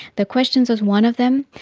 the questions is one of them.